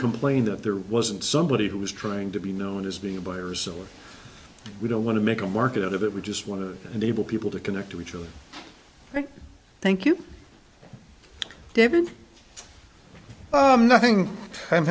complain that there wasn't somebody who was trying to be known as being a buyers or we don't want to make a work out of it we just want to enable people to connect to each other thank you david nothing i